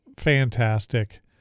fantastic